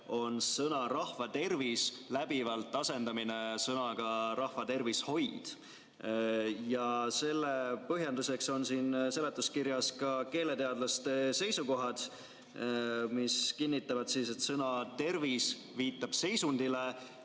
on sõna "rahvatervis" läbivalt asendamine sõnaga "rahvatervishoid". Selle põhjenduseks on seletuskirjas ka keeleteadlaste seisukohad, mis kinnitavad, et sõna "tervis" viitab seisundile